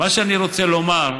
מה שאני רוצה לומר,